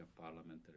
parliamentary